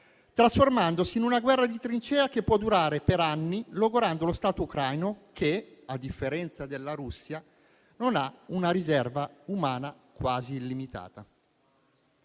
trasformandosi in una guerra di trincea che può durare per anni, logorando lo Stato ucraino che, a differenza della Russia, non ha una riserva umana quasi illimitata?